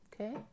Okay